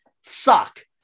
suck